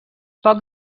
poc